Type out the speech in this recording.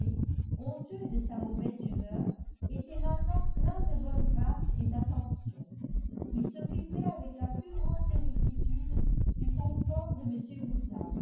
honteux de sa mauvaise humeur était maintenant plein de bonne grâce et d'attentions il s'occupait avec la plus grande sollicitude du confort de